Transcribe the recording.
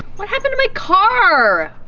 what happened to my car?